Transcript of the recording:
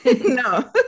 No